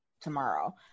tomorrow